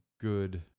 good